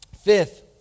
Fifth